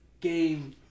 Game